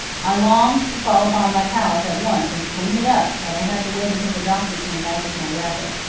i longed to fall upon that house at once and clean it up, but i had to wait until the doctor came back with my wrapper.